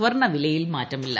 സ്വർണവിലയിൽ മാറ്റമില്ല